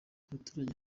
abaturage